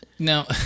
Now